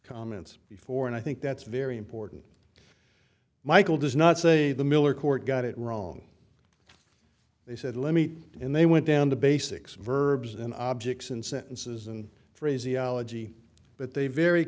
comments before and i think that's very important michael does not say the miller court got it wrong they said let me in they went down to basics verbs and objects and sentences and phraseology but they very